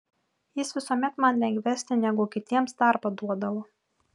jis visuomet man lengvesnį negu kitiems darbą duodavo